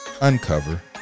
uncover